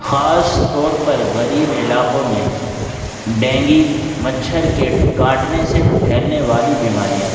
خاص طور پر غریب علاقوں میں ڈینگی مچھر کے کاٹنے سے پھیلنے والی بیماریاں